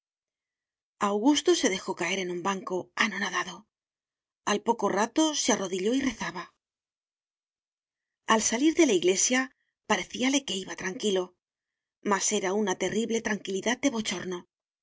augusto se dejó caer en un banco anonadado al poco rato se arrodilló y rezaba al salir de la iglesia parecíale que iba tranquilo mas era una terrible tranquilidad de bochorno